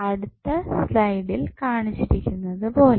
അടുത്ത സ്ലൈഡിൽ കാണിച്ചിരിക്കുന്നത് പോലെ